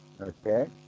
Okay